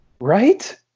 Right